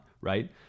right